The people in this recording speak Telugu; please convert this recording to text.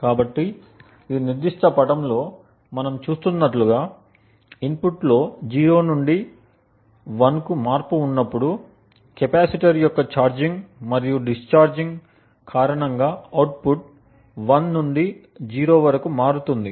కాబట్టి ఈ నిర్దిష్ట పటము లో మనం చూస్తున్నట్లుగా ఇన్పుట్ లో 0 నుండి 1 కు మార్పు ఉన్నప్పుడు కెపాసిటర్ యొక్క ఛార్జింగ్ మరియు డిశ్చార్జ్ కారణంగా అవుట్పుట్ 1 నుండి 0 వరకు మారుతుంది